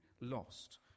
lost